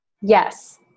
Yes